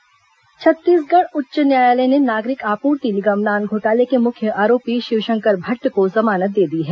नान घोटाला जमानत छत्तीसगढ़ उच्च न्यायालय ने नागरिक आपूर्ति निगम नान घोटाले के मुख्य आरोपी शिवशंकर भटट को जमानत दे दी है